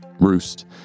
roost